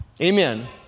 amen